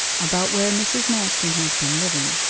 about where mrs. manston has been living.